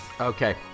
Okay